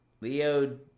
Leo